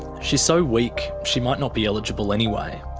she's so weak she might not be eligible anyway.